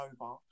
over